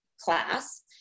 class